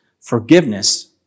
forgiveness